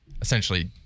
Essentially